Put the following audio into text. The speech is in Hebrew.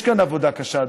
יש כאן עבודה קשה,